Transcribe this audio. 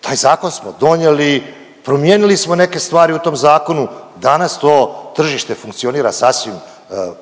Taj zakon smo donijeli, promijenili smo neke stvari u tom zakonu. Danas to tržište funkcionira sasvim